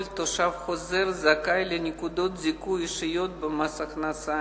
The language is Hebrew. כל תושב חוזר זכאי לנקודות זיכוי אישיות במס הכנסה,